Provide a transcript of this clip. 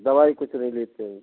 दवाई कुछ नहीं लेते